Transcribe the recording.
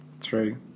True